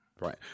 right